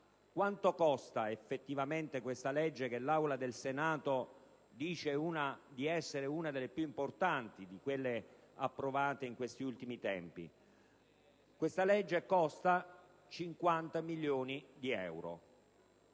quanto costa effettivamente questa legge che l'Aula del Senato afferma essere una delle più importanti di quelle approvate negli ultimi tempi? Questa legge costa 50 milioni di euro,